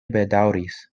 bedaŭris